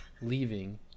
leaving